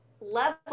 level